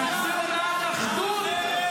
תצביעו בעד אחדות,